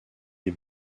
les